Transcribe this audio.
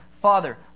Father